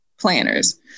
planners